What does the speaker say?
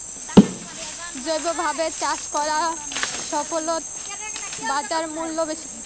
জৈবভাবে চাষ করা ফছলত বাজারমূল্য বেশি